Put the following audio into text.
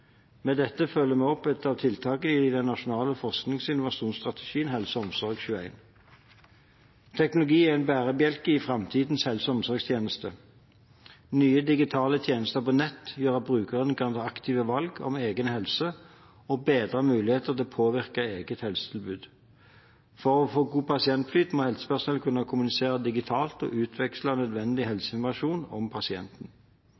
Med dette følger vi opp et av tiltakene i den nasjonale forsknings- og innovasjonsstrategien HelseOmsorg21. Teknologi er en bærebjelke i framtidens helse- og omsorgstjeneste. Nye digitale tjenester på nett gjør at brukerne kan ta aktive valg om egen helse og bedre mulighetene til å påvirke eget helsetilbud. For å få god pasientflyt må helsepersonell kunne kommunisere digitalt og utveksle nødvendig helseinformasjon om pasienten.